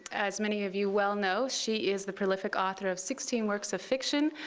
as many of you well know, she is the prolific author of sixteen works of fiction,